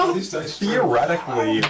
Theoretically